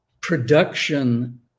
production